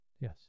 Yes